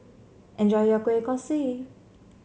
enjoy your Kueh Kosui